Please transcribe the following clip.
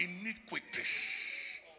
iniquities